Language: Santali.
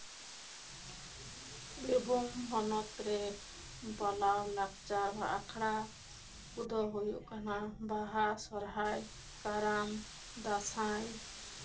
ᱵᱤᱨᱵᱷᱩᱢ ᱦᱚᱱᱚᱛᱨᱮ ᱯᱟᱞᱟᱣ ᱞᱟᱠᱪᱟᱨ ᱟᱠᱷᱲᱟ ᱠᱚᱫᱚ ᱦᱳᱭᱳᱜ ᱠᱟᱱᱟ ᱵᱟᱦᱟ ᱥᱚᱨᱦᱟᱭ ᱠᱟᱨᱟᱢ ᱫᱟᱸᱥᱟᱭ